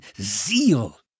zeal